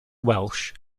welsh